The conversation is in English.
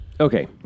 Okay